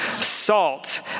salt